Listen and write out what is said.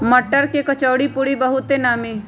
मट्टर के कचौरीपूरी बहुते नामि हइ